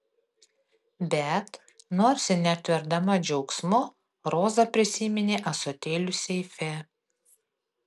bet nors ir netverdama džiaugsmu roza prisiminė ąsotėlius seife